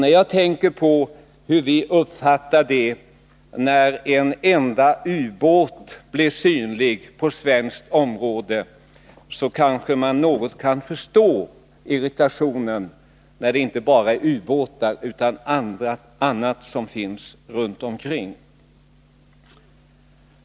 När man tänker på hur vi uppfattar det när en enda ubåt blir synlig på svenskt område kanske man något kan förstå irritationen när det är inte bara ubåtar utan också annat som finns runt omkring.